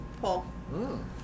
pull